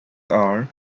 are